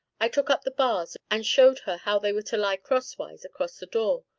i took up the bars and showed her how they were to lie crosswise across the door,